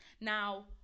Now